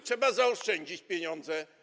Trzeba zaoszczędzić pieniądze.